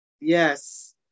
Yes